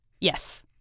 Yes